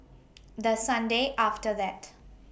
The Sunday after that